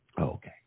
Okay